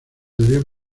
debían